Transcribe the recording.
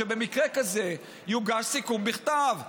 שבמקרה כזה יוגש סיכום בכתב.